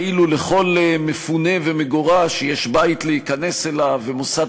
כאילו לכל מפונה ומגורש יש בית להיכנס אליו ומוסד